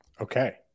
Okay